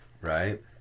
right